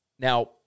Now